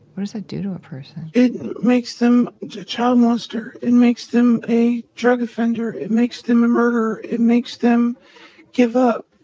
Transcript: what does that do to a person? it makes them a child molester. it makes them a drug offender. it makes them a murderer. it makes them give up.